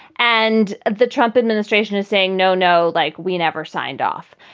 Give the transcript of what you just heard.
and the trump administration is saying, no, no. like, we never signed off.